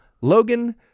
logan